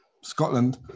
Scotland